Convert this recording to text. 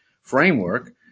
framework